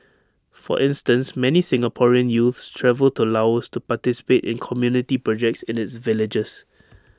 for instance many Singaporean youths travel to Laos to participate in community projects in its villages